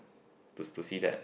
to to see that